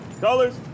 colors